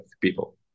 people